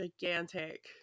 gigantic